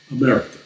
America